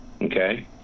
Okay